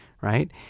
right